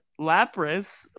Lapras